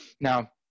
Now